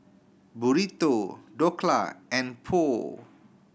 Burrito Dhokla and Pho